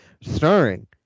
Starring